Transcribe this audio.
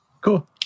Cool